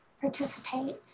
participate